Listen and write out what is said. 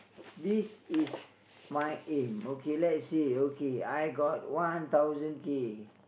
this is my aim okay lets say okay I got one thousand K